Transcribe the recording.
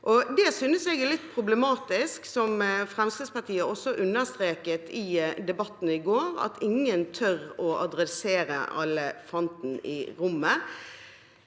Det synes jeg er litt problematisk, noe Fremskrittspartiet også understreket i Debatten i går, at ingen tør å adressere elefanten i rommet.